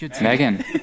Megan